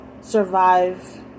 survive